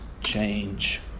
change